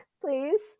please